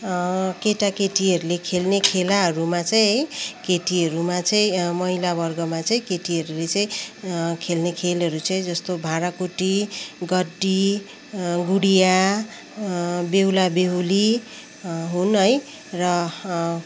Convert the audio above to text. केटा केटीहरूले खेल्ने खेलाहरूमा चाहिँ है केटीहरूमा चाहिँ महिलावर्गमा चाहिँ केटीहरूले चाहिँ खेल्ने खेलहरू चाहिँ जस्तो भाँडाकुटी गड्डी गुडिया बेहुला बेहुली हुन् है र